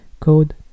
code